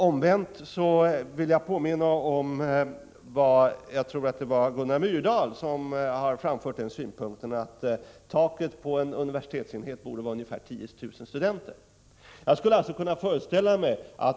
Jag vill här också påminna om en synpunkt som jag tror Gunnar Myrdal en gång framförde, nämligen att taket på en universitetsenhet borde vara ungefär 10 000 studenter.